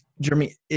Jeremy